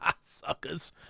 suckers